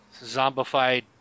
zombified